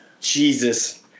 Jesus